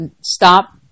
stop